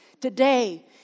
Today